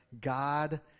God